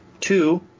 Two